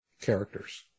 characters